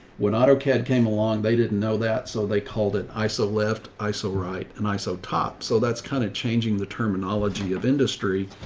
when autocad came along, they didn't know that. so they called it iso left iso right. and iso top. so that's kind of changing the terminology of industry.